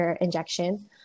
injection